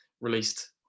released